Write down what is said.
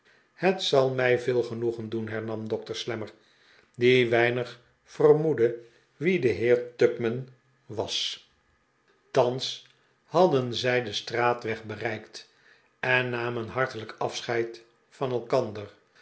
het zal niij veel genoegen doen hernam dokter slammer die weinig vermoedde wie de heer tupman was thans hadden zij den straatweg bereikt en namen hartelijk afscheid van elkander